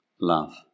love